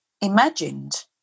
imagined